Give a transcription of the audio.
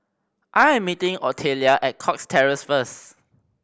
I am meeting Otelia at Cox Terrace first